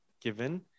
given